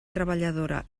treballadora